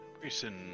Grayson